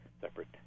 separate